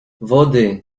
wody